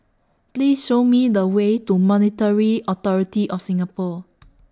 Please Show Me The Way to Monetary Authority of Singapore